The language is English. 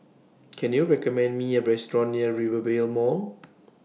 Can YOU recommend Me A Restaurant near Rivervale Mall